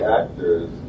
actors